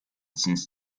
since